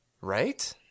Right